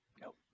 Nope